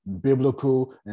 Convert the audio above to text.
biblical